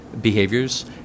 behaviors